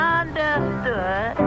understood